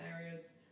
areas